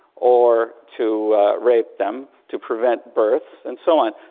or to rape them, to prevent births and so on.